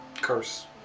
curse